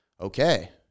okay